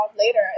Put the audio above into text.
later